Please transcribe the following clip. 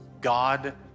God